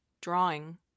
drawing